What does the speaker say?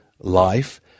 life